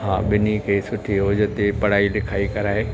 हा ॿिनी खे सुठे औज ते पढ़ाई लिखाई कराए